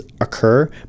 occur